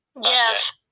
Yes